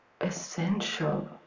essential